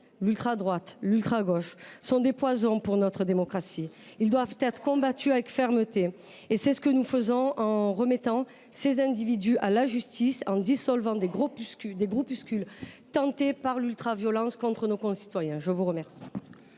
l’ultradroite, l’ultragauche –, sont des poisons pour notre démocratie. Ils doivent être combattus avec fermeté. C’est ce que nous faisons en remettant ces individus à la justice, en dissolvant des groupuscules tentés par l’ultraviolence contre nos concitoyens. La parole